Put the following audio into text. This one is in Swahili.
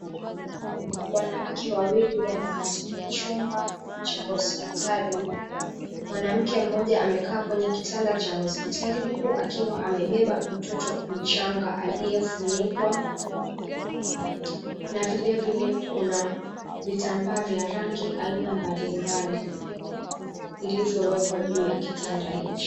Wanawake wawili wamo katika chumba cha hospitali. Mwanamke mmoja amekaa kwenye kitanda cha hospitali huku akiwa amebeba mtoto mchanga aliyefunikwa na vilevile kuna vitambaa vya rangi aina mbalimbali vilivyowekwa juu ya kitanda hichi.